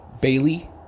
Bailey